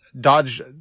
dodge